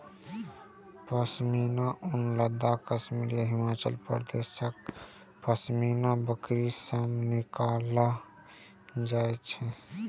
पश्मीना ऊन लद्दाख, कश्मीर आ हिमाचल प्रदेशक पश्मीना बकरी सं निकालल जाइ छै